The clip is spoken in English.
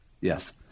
Yes